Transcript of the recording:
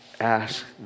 ask